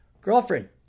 girlfriend